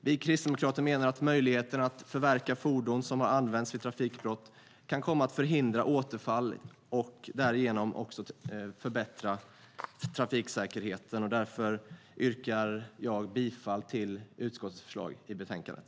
Vi kristdemokrater menar att möjligheterna att förverka fordon som har använts vid trafikbrott kan komma att förhindra återfall och därigenom också förbättra trafiksäkerheten. Därför yrkar jag bifall till utskottets förslag i betänkandet.